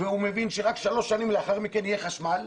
והוא מבין שרק שלוש שנים לאחר מכן יהיה בו חשמל,